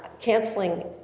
canceling